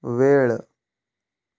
वेळ